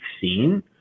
seen